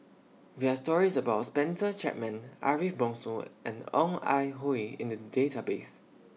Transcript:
There Are stories about Spencer Chapman Ariff Bongso and Ong Ah Hoi in The Database